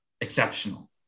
exceptional